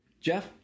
Jeff